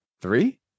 Three